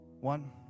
One